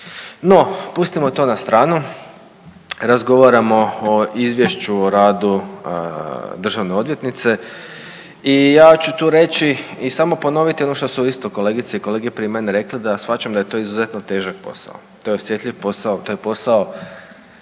No, pustimo to na stranu, razgovaramo o izvješću o radu državne odvjetnice i ja ću tu reći i samo ponoviti ono što su isto kolegice i kolege prije mene rekli da shvaćam da je to izuzetno težak posao, to je osjetljiv posao, to je posao